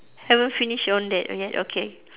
haven't finish on that okay okay